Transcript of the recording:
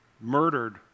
murdered